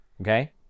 okay